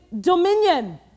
dominion